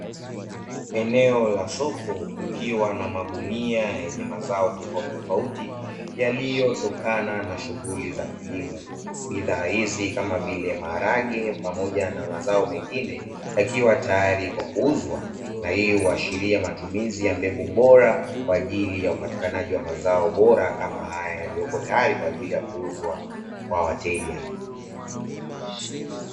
Eneo la soko kukiwa na magunia yenye mazao tofauti tofauti yaliotokana na shughuli za kilimo, bidhaa hizi kama vile maharage pamoja na mazao mengine yakiwa tayari kwa kuuzwa na hii uashiria matumizi ya mbegu bora kwaajili ya upatikanaji wa mazao bora kama haya yalioko tayari kwa ajili ya kuuzwa kwa wateja.